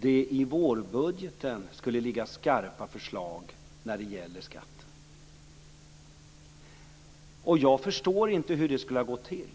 det i vårbudgeten skulle ligga skarpa förslag om skatten - inte ens jag, som pratar så mycket, enligt Olsson. Jag förstår inte hur det skulle ha gått till.